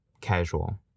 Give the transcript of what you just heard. casual